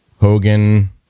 Hogan